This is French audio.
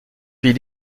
pays